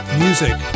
music